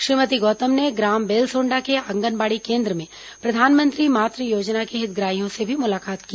श्रीमर्ती गौतम ने ग्राम बेंलसोंडा के आंगनबाड़ी केन्द्र में प्रधानमंत्री मातु योजना के हितग्राहियों से भी मुलाकात की